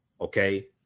okay